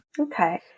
Okay